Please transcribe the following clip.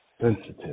sensitive